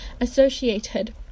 associated